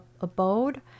abode